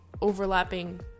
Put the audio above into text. overlapping